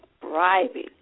bribing